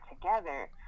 together